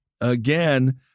again